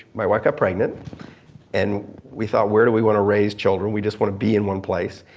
my wife got pregnant and we thought where do we want to raise children? we just want to be in one place.